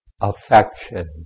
affection